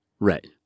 Right